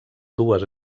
dues